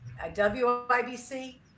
WIBC